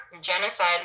genocide